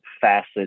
facets